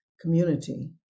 community